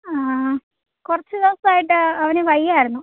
കുറച്ച് ദിവസമായിട്ട് അവന് വയ്യായിരുന്നു